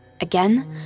Again